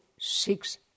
six